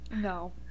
no